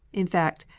in fact,